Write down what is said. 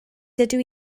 dydw